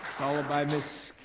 followed by ms.